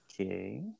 Okay